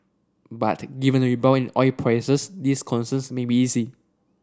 but given the rebound in oil prices these concerns may be easing